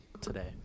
today